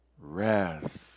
Rest